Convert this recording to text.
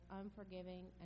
unforgiving